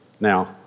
Now